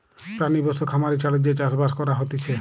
প্রাণী পশু খামারি ছাড়া যে চাষ বাস করা হতিছে